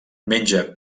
menja